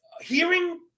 hearing